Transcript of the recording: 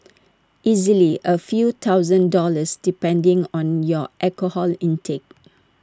easily A few thousand dollars depending on your alcohol intake